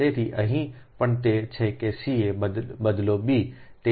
તેથી અહીં પણ તે છે કે ca બદલો b